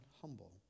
humble